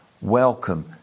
welcome